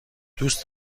دوست